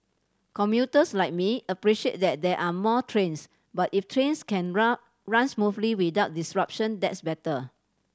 commuters like me appreciate that there are more trains but if trains can run run smoothly without disruption that's better